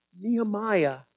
Nehemiah